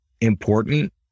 important